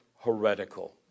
heretical